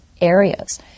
areas